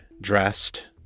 dressed